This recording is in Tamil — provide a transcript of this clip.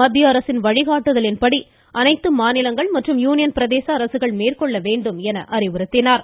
மத்திய அரசின் வழிகாட்டுதலின்படி அனைத்து மாநிலங்கள் மற்றும் யூனியன் பிரதேச அரசுகள் மேற்கொள்ள வேண்டும் என அறிவுறுத்தினா்